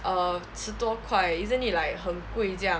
err 十多块 isn't it like 很贵这样